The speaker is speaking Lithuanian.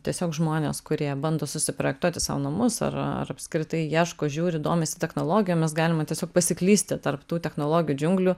tiesiog žmonės kurie bando susiprojektuoti sau namus ar ar apskritai ieško žiūri domisi technologijomis galima tiesiog pasiklysti tarp tų technologijų džiunglių